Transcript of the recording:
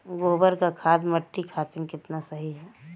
गोबर क खाद्य मट्टी खातिन कितना सही ह?